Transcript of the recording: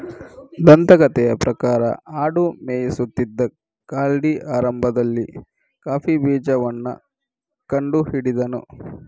ದಂತಕಥೆಯ ಪ್ರಕಾರ ಆಡು ಮೇಯಿಸುತ್ತಿದ್ದ ಕಾಲ್ಡಿ ಆರಂಭದಲ್ಲಿ ಕಾಫಿ ಬೀಜವನ್ನ ಕಂಡು ಹಿಡಿದನು